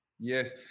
Yes